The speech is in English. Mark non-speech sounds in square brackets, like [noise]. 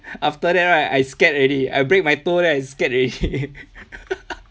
after that right I scared already I break my toe then I scared already [laughs]